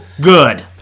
Good